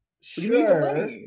Sure